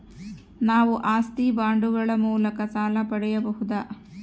ನಾವು ಆಸ್ತಿ ಬಾಂಡುಗಳ ಮೂಲಕ ಸಾಲ ಪಡೆಯಬಹುದಾ?